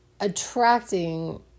attracting